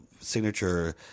signature